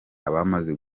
abamaze